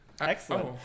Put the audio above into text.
Excellent